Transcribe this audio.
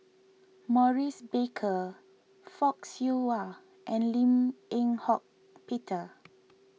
Maurice Baker Fock Siew Wah and Lim Eng Hock Peter